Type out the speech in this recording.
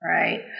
right